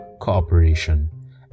cooperation